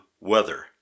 weather